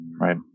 Right